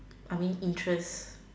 I mean interest